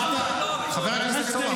חבר הכנסת סובה,